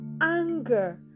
anger